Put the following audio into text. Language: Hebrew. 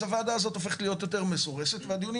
אז הוועדה הזאת הופכת להיות יותר מסורסת והדיונים